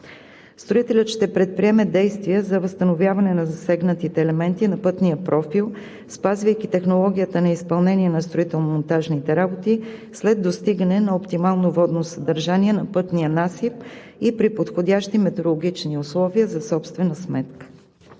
Строителят ще предприеме действия за възстановяване на засегнатите елементи на пътния профил, спазвайки технологията на изпълнение на строително-монтажните работи, след достигане на оптимално водно съдържание на пътния насип и при подходящи метеорологични условия за собствена сметка.